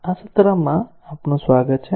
આ સત્રમાં આપનું સ્વાગત છે